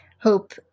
hope